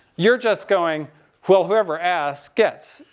you're just going well whoever asks, gets.